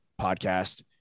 podcast